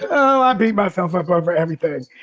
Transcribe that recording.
oh, i beat myself up over everything.